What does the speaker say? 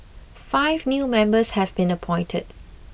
five new members have been appointed